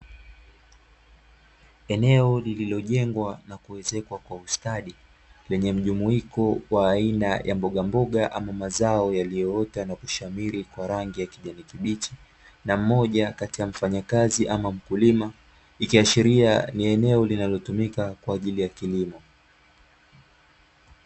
Eneo liliojengwa na kuezekwa kwa ustadi, lenye mjumuiko wa aina ya mbogamboga ama mazao yaliyoota na kushamiri kwa rangi ya kijani kibichi, na mmoja kati ya mfanyakazi ama mkulima, ikiashiria ni eneo linalotumika kwa ajili ya kilimo.